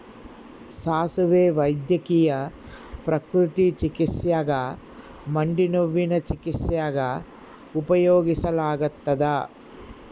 ಸಾಸುವೆ ವೈದ್ಯಕೀಯ ಪ್ರಕೃತಿ ಚಿಕಿತ್ಸ್ಯಾಗ ಮಂಡಿನೋವಿನ ಚಿಕಿತ್ಸ್ಯಾಗ ಉಪಯೋಗಿಸಲಾಗತ್ತದ